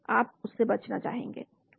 आप उससे बचना चाहेंगे